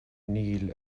níl